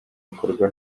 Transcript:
bikorwa